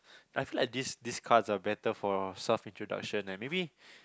I feel like this this cards are better for self introduction eh maybe